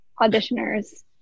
auditioners